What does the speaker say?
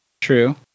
true